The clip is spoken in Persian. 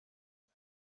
چرا